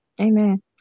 Amen